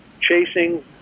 chasing